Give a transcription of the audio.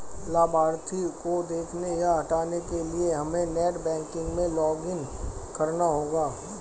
लाभार्थी को देखने या हटाने के लिए हमे नेट बैंकिंग में लॉगिन करना होगा